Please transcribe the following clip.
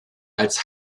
als